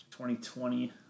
2020